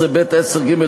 19(ב)(10)(ג),